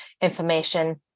information